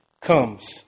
comes